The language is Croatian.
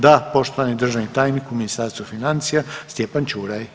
Da, poštovani državni tajnik u Ministarstvu financija, Stjepan Čuraj.